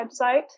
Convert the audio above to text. website